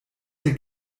der